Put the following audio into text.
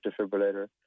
defibrillator